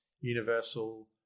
Universal